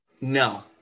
No